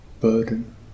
burden